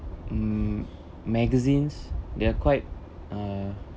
um magazines they are quite uh